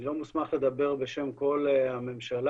אני לא מוסמך לדבר בשם כל הממשלה,